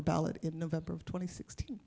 the ballot in november of twenty sixt